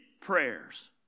prayers